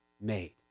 made